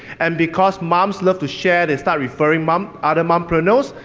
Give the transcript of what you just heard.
and because moms love to share, they start referring mom, other mompreneurs,